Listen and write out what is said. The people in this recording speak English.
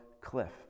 Cliff